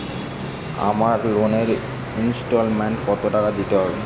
আমার লোনের ইনস্টলমেন্টৈ কত টাকা দিতে হবে?